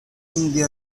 surrounding